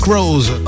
Rose